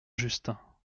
justin